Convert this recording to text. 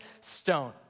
Stone